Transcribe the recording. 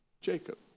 Jacob